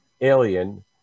alien